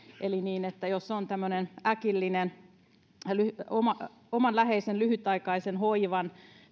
eli sitä että jos on tämmöinen äkillinen oman läheisen lyhytaikaisen hoivan